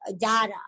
data